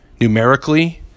numerically